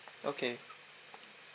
okay